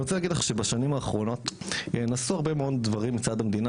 אני רוצה להגיד לך שבשנים האחרונות נעשו הרבה מאוד דברים מצד המדינה